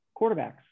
quarterbacks